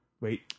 Wait